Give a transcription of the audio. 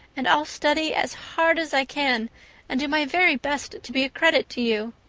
and i'll study as hard as i can and do my very best to be a credit to you.